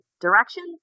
direction